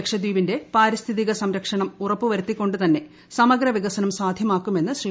ലക്ഷദ്വീപിന്റെ പാരിസ്ഥിതിക സംരക്ഷണം ഉറപ്പ് വരുത്തിക്കൊണ്ട് തന്നെ സമഗ്ര വികസനം സാധ്യമാക്കുമെന്ന് ശ്രീ